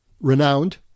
renowned